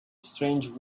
strange